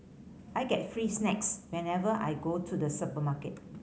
I get free snacks whenever I go to the supermarket